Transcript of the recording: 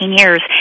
years